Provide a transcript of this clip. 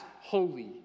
holy